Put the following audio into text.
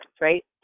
right